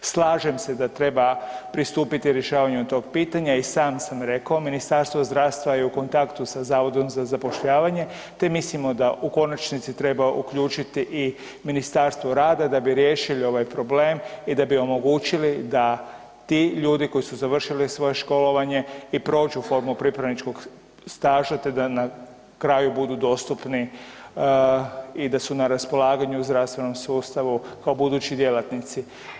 Slažem se da treba pristupiti rješavanju tog pitanja i sam sam rekao, Ministarstvo zdravstva je u kontaktu sa Zavodom za zapošljavanje te mislimo da u konačnici treba uključiti i Ministarstvo rada, da bi riješili ovaj problem i da bi omogućili da ti ljudi koji su završili svoje školovanje i prođu formu pripravničkog staža te da na kraju budu dostupni i da su na raspolaganju u zdravstvenom sustavu kao budući djelatnici.